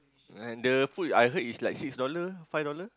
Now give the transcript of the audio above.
and the food I heard is like six dollars five dollars